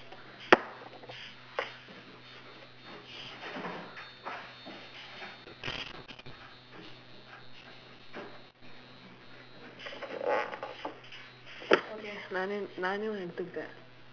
okay நானே நானே ஒன்ன எடுத்துக்கிட்டேன்:naanee naanee onna eduththukkitdeen